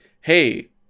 hey